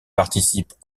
participent